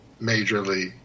majorly